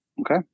Okay